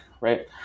right